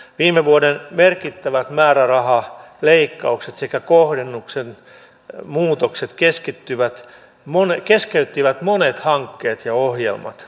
viime vuoden merkittävät määrärahaleikkaukset sekä kohdennuksen muutokset keskeyttivät monet hankkeet ja ohjelmat